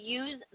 use